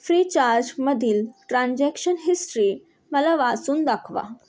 फ्रीचार्जमधील transaction history मला वाचून दाखवा